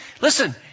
Listen